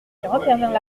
refermèrent